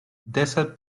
deshalb